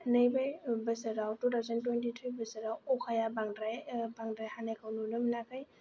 नैबे बोसोराव two thousand twenty three बोसोराव अखाया बांद्राय बांद्राय हानायखौ नुनो मोनाखै